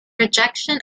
rejection